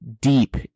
deep